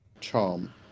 charm